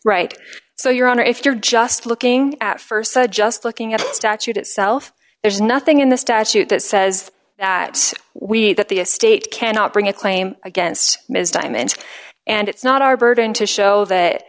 right so your honor if you're just looking at st so just looking at the statute itself there's nothing in the statute that says that we that the state cannot bring a claim against ms diamond and it's not our burden to show that